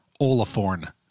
Olaforn